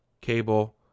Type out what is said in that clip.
Cable